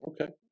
Okay